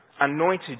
anointed